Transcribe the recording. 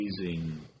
amazing